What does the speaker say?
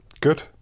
Good